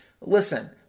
Listen